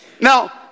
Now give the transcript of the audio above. Now